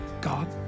God